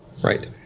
Right